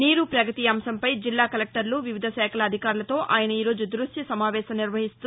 నీరు ప్రగతి అంశంపై జిల్లా కలెక్టర్లు వివిధ శాఖల అధికారులతో ఆయన ఈరోజు దృశ్య సమావేశం నిర్వహిస్తూ